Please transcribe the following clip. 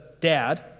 dad